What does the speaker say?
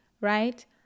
right